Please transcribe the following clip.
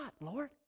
Lord